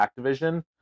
activision